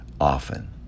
often